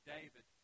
David